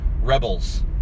rebels